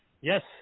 yes